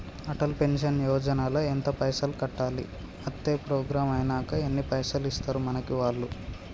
Atal pension Yojana ల ఎంత పైసల్ కట్టాలి? అత్తే ప్రోగ్రాం ఐనాక ఎన్ని పైసల్ ఇస్తరు మనకి వాళ్లు?